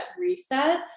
reset